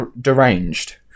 deranged